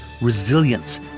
resilience